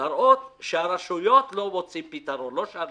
להראות שהרשויות לא מוצאות פתרון, לא אנחנו.